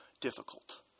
difficult